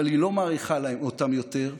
אבל היא לא מעריכה אותם יותר,